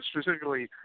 specifically